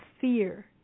fear